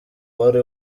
wari